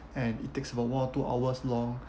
and it takes about one or two hours long